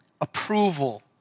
approval